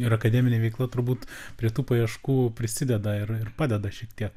ir akademinė veikla turbūt prie tų paieškų prisideda ir ir padeda šiek tiek